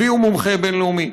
הביאו מומחה בין-לאומי,